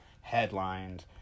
Headlines